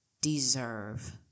deserve